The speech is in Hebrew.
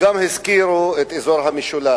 וגם הזכירו את אזור המשולש.